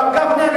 הרב גפני,